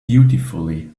beautifully